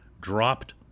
dropped